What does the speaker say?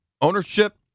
ownership